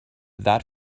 that